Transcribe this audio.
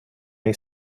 may